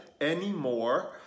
anymore